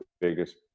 biggest